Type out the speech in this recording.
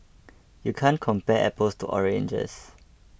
you can't compare apples to oranges